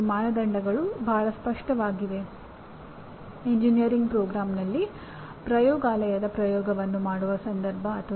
ಸಹಜವಾಗಿ ಯಾವುದೇ ಒಬ್ಬ ಎಂಜಿನಿಯರ್ ಈ ಎಲ್ಲಾ ಚಟುವಟಿಕೆಯನ್ನು ಮಾಡಲು ಸಾಧ್ಯವಿಲ್ಲ